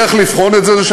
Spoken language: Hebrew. הדרך לבחון את זה היא,